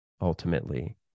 ultimately